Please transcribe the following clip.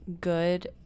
good